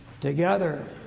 together